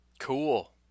cool